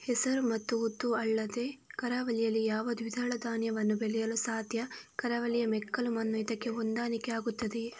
ಹೆಸರು ಮತ್ತು ಉದ್ದು ಅಲ್ಲದೆ ಕರಾವಳಿಯಲ್ಲಿ ಯಾವ ದ್ವಿದಳ ಧಾನ್ಯವನ್ನು ಬೆಳೆಯಲು ಸಾಧ್ಯ? ಕರಾವಳಿಯ ಮೆಕ್ಕಲು ಮಣ್ಣು ಇದಕ್ಕೆ ಹೊಂದಾಣಿಕೆ ಆಗುತ್ತದೆಯೇ?